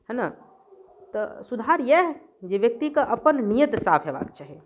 है न तऽ सुधार इएह जे व्यक्तिके अपन नीयत साफ हेबाक चाही